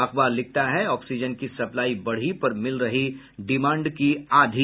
अखबार लिखता है ऑक्सीजन की सप्लाई बढ़ी पर मिल रही डिमांड की आधी